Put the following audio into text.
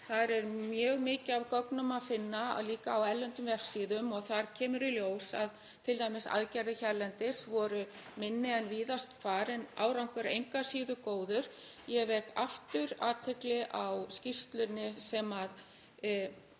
Þar er mjög mikið af gögnum að finna, líka á erlendum vefsíðum, og þar kemur í ljós að t.d. aðgerðir hérlendis voru minni en víðast hvar en árangur engu að síður góður. Ég vek aftur athygli á skýrslunni sem